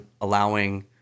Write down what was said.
allowing